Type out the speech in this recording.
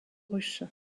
russes